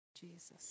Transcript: Jesus